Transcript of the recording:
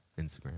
Instagram